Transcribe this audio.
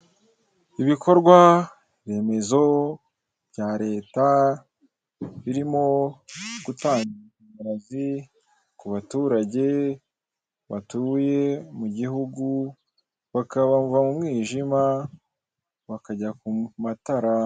Ibikorwa remezo bya leta birimo gutanga amashanyarazi ku baturage batuye mu gihugu bakabava mu mwijima bakajya ku matara.